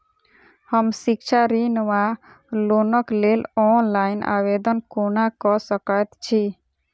हम शिक्षा ऋण वा लोनक लेल ऑनलाइन आवेदन कोना कऽ सकैत छी?